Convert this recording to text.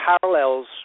parallels